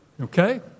Okay